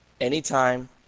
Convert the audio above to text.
anytime